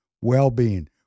Well-being